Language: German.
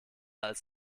als